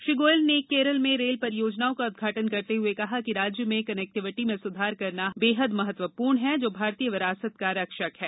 श्री गोयल ने केरल में रेल परियोजनाओं का उद्घाटन करते हुए कहा कि राज्य में कनेक्टिविटी में सुधार करना महत्वपूर्ण है जो भारतीय विरासत का रक्षक है